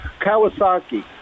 Kawasaki